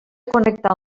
connectar